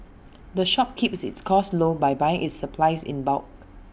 the shop keeps its costs low by buying its supplies in bulk